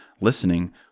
listening